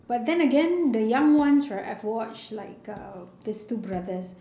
but then again the young ones right I have watched like uh these two brothers